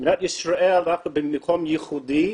במדינת ישראל, אנחנו במקום ייחודי,